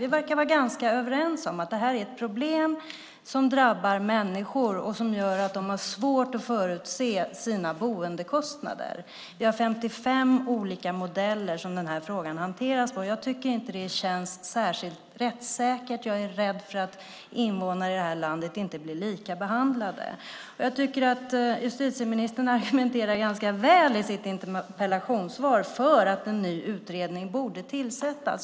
Vi verkar vara ganska överens om att det här är ett problem som drabbar människor och som gör att de har svårt att förutse sina boendekostnader. Vi har 55 olika modeller som den här frågan hanteras på. Jag tycker inte att det känns särskilt rättssäkert. Jag är rädd för att invånare i det här landet inte blir lika behandlade. Jag tycker att justitieministern argumenterar ganska väl i sitt interpellationssvar för att en ny utredning borde tillsättas.